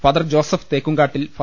father Joseph Thekkumkattil ഫാ